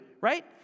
right